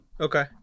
Okay